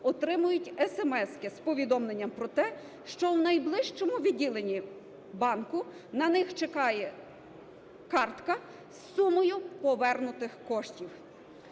отримають есемески з повідомленням про те, що в найближчому відділені банку на них чекає картка з сумою повернутих коштів.